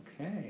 Okay